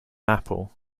apple